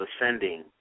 ascending